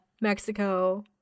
Mexico